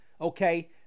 okay